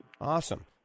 Awesome